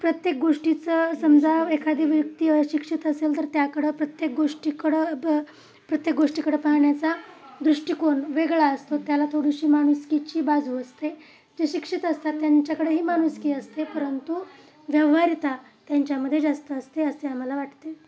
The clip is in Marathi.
प्रत्येक गोष्टीचं समजा एखादी व्यक्ती अशिक्षित असेल तर त्याकडं प्रत्येक गोष्टीकडं ब प्रत्येक गोष्टीकडं पाहण्याचा दृष्टिकोन वेगळा असतो त्याला थोडीशी माणुसकीची बाजू असते जे शिक्षित असतात त्यांच्याकडेही माणुसकी असते परंतु व्यवहारीता त्यांच्यामध्ये जास्त असते असते आम्हाला वाटते